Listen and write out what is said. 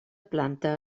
planta